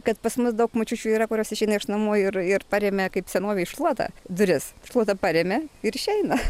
kad pas mus daug močiučių yra kurios išeina iš namų ir ir paremia kaip senovėj šluota duris šluota paremia ir išeina